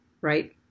right